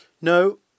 No